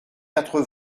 quatre